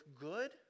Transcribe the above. good